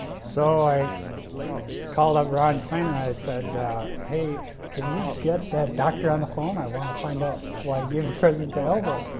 so, i called up ron and kind of i said hey can you get that doctor on the phone i want to find out why he gave the president the elbow.